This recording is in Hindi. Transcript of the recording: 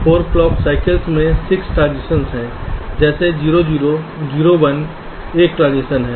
इसलिए 4 क्लॉक साइकल्स में 6 ट्रांजिशंस हैं जैसे 0 0 0 1 एक ट्रांजिशन हैं